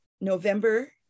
November